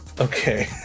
Okay